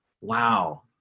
Wow